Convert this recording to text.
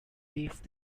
leaf